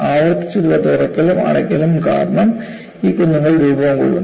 ആവർത്തിച്ചുള്ള തുറക്കലും അടയ്ക്കലും കാരണം ഈ കുന്നുകൾ രൂപം കൊള്ളുന്നു